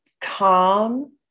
calm